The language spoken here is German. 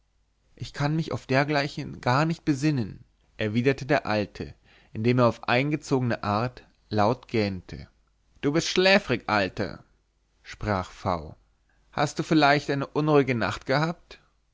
ich kann mich auf dergleichen gar nicht besinnen erwiderte der alte indem er auf eingezogene art laut gähnte du bist schläfrig alter sprach v hast du vielleicht eine unruhige nacht gehabt